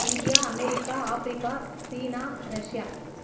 India America Africa China Russia